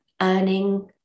earning